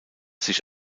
sich